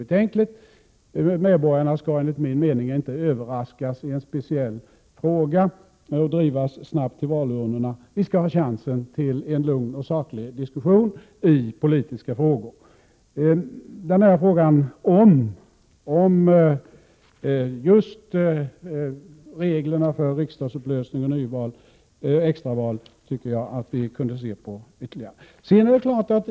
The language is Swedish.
Enligt min mening skall medborgarna inte överraskas i en speciell fråga och snabbt drivas till valurnorna. Vi skall ha chans till en lugn och saklig diskussion i politiska frågor. Denna fråga om reglerna för riksdagsupplösning, nyval och extraval tycker jag att vi kunde se på ytterligare.